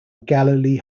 galilee